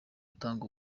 atanga